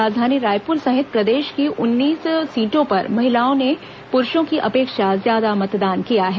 राजधानी रायपुर सहित प्रदेश की उन्नीस सीटों पर महिलाओं ने पुरूषों की अपेक्षा ज्यादा मतदान किया है